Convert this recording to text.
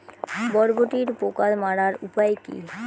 বরবটির পোকা মারার উপায় কি?